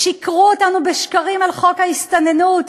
סיפרו לנו שקרים על חוק ההסתננות,